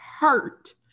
hurt